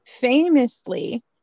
famously